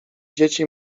dzieci